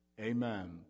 Amen